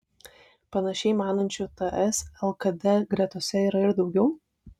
panašiai manančių ts lkd gretose yra ir daugiau